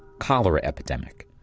cholera epidemic.